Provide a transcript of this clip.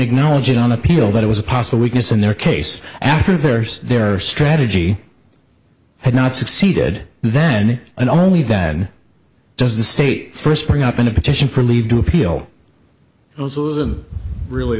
acknowledge it on appeal that it was a possible weakness in their case after the first their strategy had not succeeded then and only then does the state first bring up in a petition for leave to appeal to them really